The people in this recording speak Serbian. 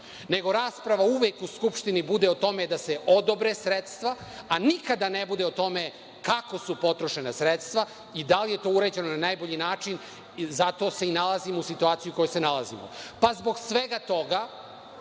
nego rasprava u Skupštini bude o tome da se odobre sredstva, a nikada ne bude o tome kako su potrošena sredstva i da li je to urađeno na najbolji mogući način. Zato se nalazimo u situaciji u kojoj se nalazimo. Pa zbog svega toga,